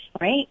right